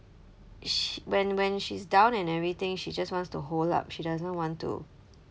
sh~ when when she's down and everything she just wants to hold up she doesn't want to